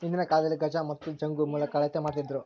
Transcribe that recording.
ಹಿಂದಿನ ಕಾಲದಲ್ಲಿ ಗಜ ಮತ್ತು ಜಂಗು ಮೂಲಕ ಅಳತೆ ಮಾಡ್ತಿದ್ದರು